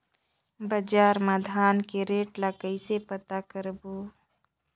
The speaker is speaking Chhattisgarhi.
बजार मा धान के रेट ला कइसे पता करबो?